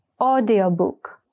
Audiobook